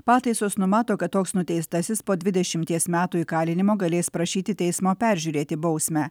pataisos numato kad toks nuteistasis po dvidešimies metų įkalinimo galės prašyti teismo peržiūrėti bausmę